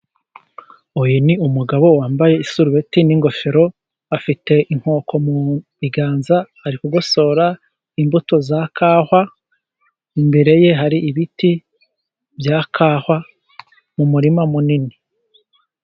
Uyu ni umugabo wambaye isurubeti n'ingofero, afite inkoko mu biganza ari kugosora imbuto za kawa. Imbere ye hari ibiti bya kawa mu murima munini.